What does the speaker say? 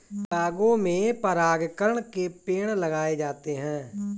बागों में परागकण के पेड़ लगाए जाते हैं